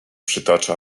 przytacza